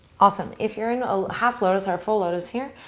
awesome. if you're in half lotus or full lotus here,